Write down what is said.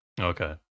Okay